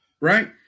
right